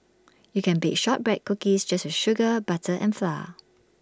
you can bake Shortbread Cookies just with sugar butter and flour